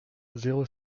zéro